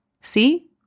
See